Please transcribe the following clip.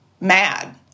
mad